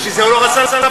בשביל זה הוא לא רצה להבקיע.